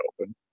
open